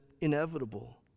inevitable